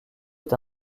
est